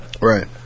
Right